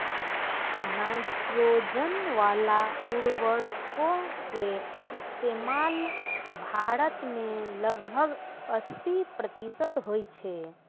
nitrogen बाला उर्वरको के इस्तेमाल भारत मे लगभग अस्सी प्रतिशत होय छै